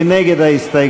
מי נגד ההסתייגות?